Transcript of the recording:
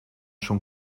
schon